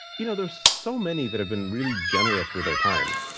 you know there are so many that have been really generous with their time